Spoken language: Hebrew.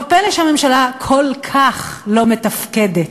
לא פלא שהממשלה כל כך לא מתפקדת.